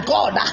God